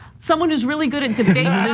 someone who's really good at debating